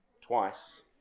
twice